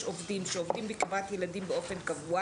עובדים שעובדים בקרבת ילדים באופן קבוע